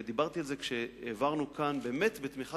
ודיברתי על זה כשהעברנו כאן באמת בתמיכה